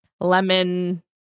lemon